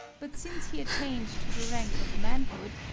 but since he attained to the rank of manhood,